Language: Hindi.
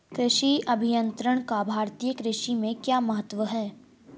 कृषि अभियंत्रण का भारतीय कृषि में क्या महत्व है?